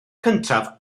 cyntaf